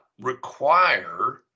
require